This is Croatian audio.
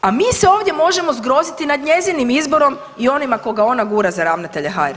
A mi se ovdje možemo zgroziti nad njezinim izborom i onima koga ona gura za ravnatelja HRT-a.